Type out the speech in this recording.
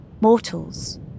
Mortals